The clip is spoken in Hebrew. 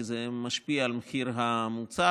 כי זה משפיע על מחיר המוצר.